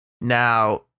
Now